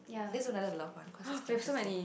this is another love one cause it's quite interesting